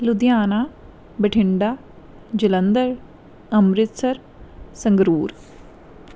Ludhiana Bathinda Jalandhar Amritsar Sangrur